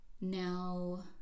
now